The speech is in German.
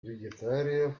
vegetarier